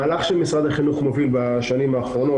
המהלך שמשרד החינוך מוביל בשנים האחרונות